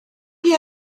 chi